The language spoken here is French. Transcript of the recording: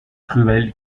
cruels